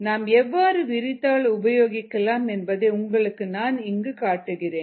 நாம் எவ்வாறு விரி தாள் உபயோகிக்கலாம் என்பதை உங்களுக்கு நான் இங்கு காட்டுகிறேன்